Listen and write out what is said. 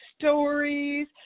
stories